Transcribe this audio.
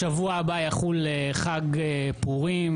בשבוע הבא יחול חג פורים.